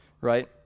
right